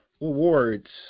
rewards